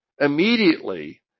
immediately